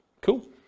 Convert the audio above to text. Cool